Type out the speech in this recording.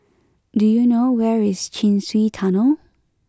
do you know where is Chin Swee Tunnel